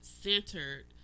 centered